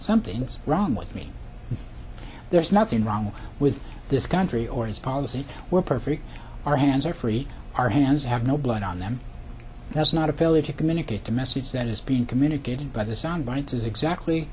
something's wrong with me there's nothing wrong with this country or his policy we're perfect our hands are free our hands have no blood on them that's not a failure to communicate the message that is being communicated by the sound bites is exactly